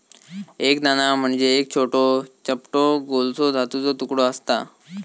एक नाणा म्हणजे एक छोटो, चपटो गोलसो धातूचो तुकडो आसता